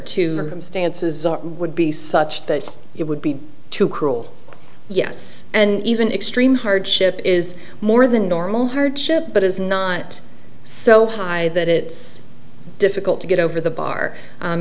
them stances would be such that it would be too cruel yes and even extreme hardship is more than normal hardship but is not so high that it's difficult to get over the bar